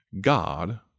God